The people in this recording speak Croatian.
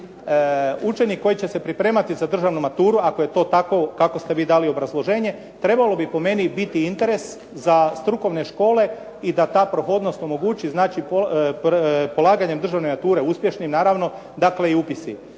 učenik koji će se pripremati za državnu maturu, ako je to tako kako ste vi dali obrazloženje, trebalo bi po meni biti interes za strukovne škole i da ta prohodnost omogući znači polaganje državne mature uspješnim, naravno, dakle i upisi.